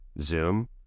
Zoom